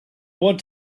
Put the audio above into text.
want